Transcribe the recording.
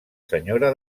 senyora